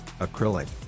acrylic